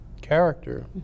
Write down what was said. character